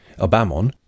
Abamon